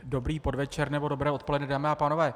Dobrý podvečer nebo dobré odpoledne, dámy a pánové.